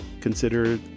consider